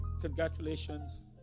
congratulations